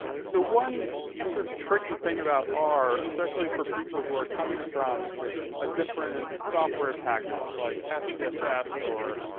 so one certain tricky thing about are especially for people who are coming from a different software package like espy assassin or